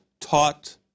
Taught